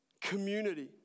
community